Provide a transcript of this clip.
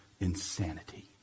Insanity